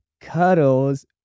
cuddles